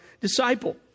disciple